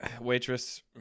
waitress